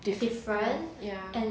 different ya